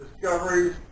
discoveries